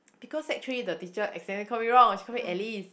because actually the teacher accidentally call me wrong she call me Alice